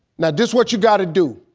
now, this what you gotta do,